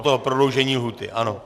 U toho prodloužení lhůty, ano.